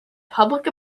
public